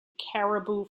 caribou